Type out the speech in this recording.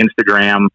Instagram